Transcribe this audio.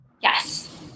Yes